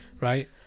right